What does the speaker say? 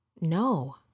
No